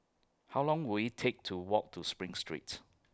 How Long Will IT Take to Walk to SPRING Street